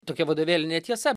tokia vadovėlinė tiesa